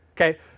Okay